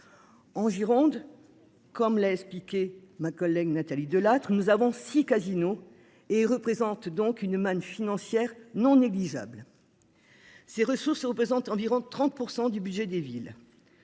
En Gironde. Comme l'a expliqué ma collègue Nathalie Delattre. Nous avons six Casino et représente donc une manne financière non négligeable. Ces ressources représentent environ 30% du budget des villes.